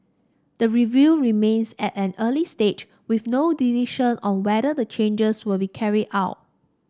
the review remains at an early stage with no decision on whether the changes will be carried out